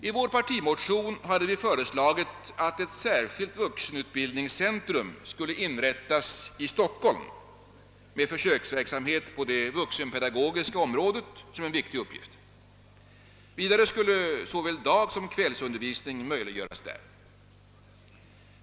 I vår partimotion har vi föreslagit att ett särskilt vuxenutbildningscentrum skulle inrättas i Stockholm med försöksverksamhet på det vuxenpedagogiska området som en viktig uppgift. Vidare skulle såväl dagsom kvällsundervisning möjliggöras där.